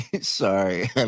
sorry